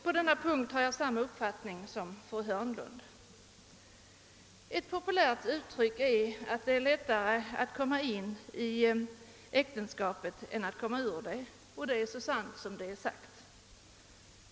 På denna punkt har jag samma uppfattning som fru Hörnlund. Ett populärt uttryck är att det är lättare att komma in i äktenskapet än att komma ur det, och det är så sant som det är sagt.